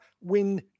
Win